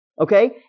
Okay